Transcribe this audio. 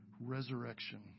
resurrection